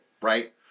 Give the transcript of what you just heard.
Right